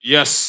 Yes